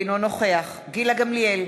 אינו נוכח גילה גמליאל,